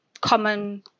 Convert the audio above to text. common